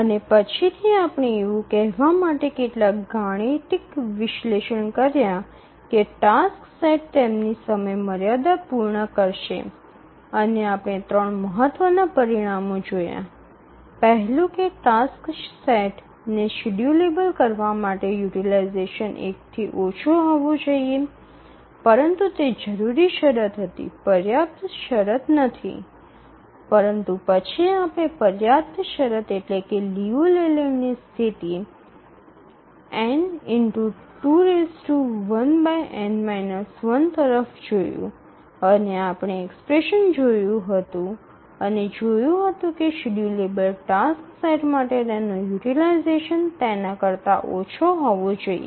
અને પછીથી આપણે એવું કહેવા માટે કેટલાક ગાણિતિક વિશ્લેષણ કર્યા કે ટાસક્સ સેટ તેમની સમયમર્યાદા પૂર્ણ કરશે અને આપણે 3 મહત્વના પરિણામો જોયા પહેલું કે ટાસક્સ સેટ ને શેડ્યૂલેબલ કરવા માટે યુટીલાઈઝેશન ૧ થી ઓછું હોવું જોઈએ પરંતુ તે જરૂરી શરત હતી પર્યાપ્ત શરત નથી પરંતુ પછી આપણે પર્યાપ્ત શરત એટલે કે લિયુ લેલેન્ડની સ્થિતિ n2−1 તરફ જોયું અને આપણે એક્સપ્રેશન જોયું હતું અને જોયું હતું કે શેડ્યૂલેબલ ટાસક્સ સેટ માટે તેનો યુટીલાઈઝેશન તેના કરતા ઓછો હોવો જોઈએ